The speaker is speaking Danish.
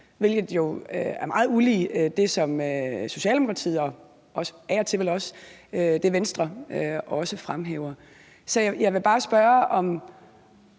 hvilket jo er meget ulig det, som Socialdemokratiet og vel af og til også Venstre fremhæver. Så jeg vil bare spørge, om